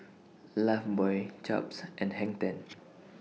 Lifebuoy Chaps and Hang ten